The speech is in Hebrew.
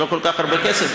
זה לא כל כך הרבה כסף,